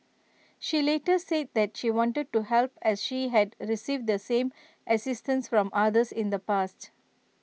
she later said that she wanted to help as she had received the same assistance from others in the past